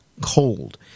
cold